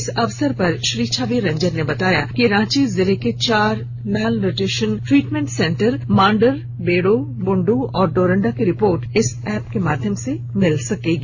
इस अवसर पर श्री छवि रंजन ने बताया कि रांची जिले के चार malnutrition treatment centre Mandar Bero Bundu और डोरंडा की रिपोर्ट इस ऐप के माध्यम से मिल सकेगी